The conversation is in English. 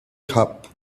cap